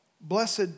blessed